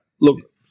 Look